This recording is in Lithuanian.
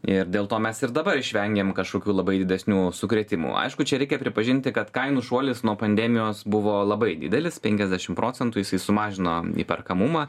ir dėl to mes ir dabar išvengėm kažkokių labai didesnių sukrėtimų aišku čia reikia pripažinti kad kainų šuolis nuo pandemijos buvo labai didelis penkiasdešim procentų jisai sumažino įperkamumą